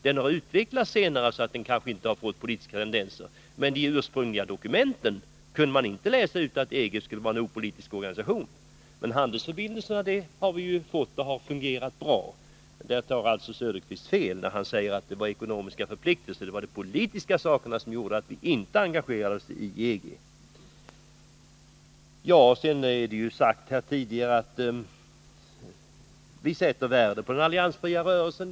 Den har senare utvecklats så att man inte där kan finna några politiska tendenser, men i de ursprungliga dokumenten kunde man inte läsa ut att EG skulle vara en opolitisk organisation. Handelsförbindelserna har fungerat bra. Oswald Söderqvist har alltså fel när han säger att de ekonomiska förpliktelserna var orsaken till att vi inte engagerade oss i EG -— det var rent politiska hänsyn som låg bakom beslutet. Vi sätter värde på den alliansfria rörelsen.